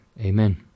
amen